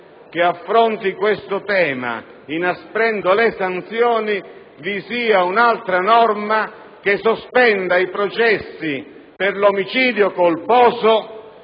che affronta questo tema, inasprendo le sanzioni, sia contenuta un'altra norma che sospende i processi per l'omicidio colposo